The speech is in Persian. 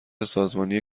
سازمانی